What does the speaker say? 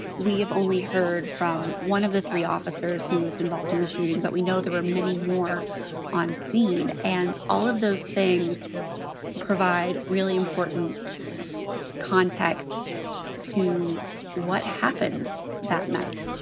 we have only heard from one of the three officers who was involved in the shooting. but we know there are many more on scene and all of those things provide really important context to what happened that night